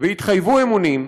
והתחייבו אמונים,